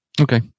Okay